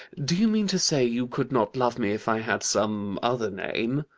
do you mean to say you could not love me if i had some other name?